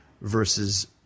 versus-